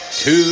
two